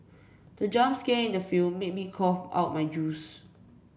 the jump scare in the film made me cough out my juice